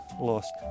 lost